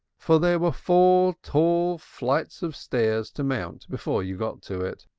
for there were four tall flights of stairs to mount before you got to it.